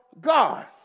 God